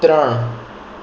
ત્રણ